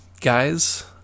Guys